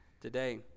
today